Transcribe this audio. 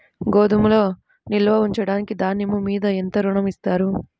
గోదాములో నిల్వ ఉంచిన ధాన్యము మీద ఎంత ఋణం ఇస్తారు?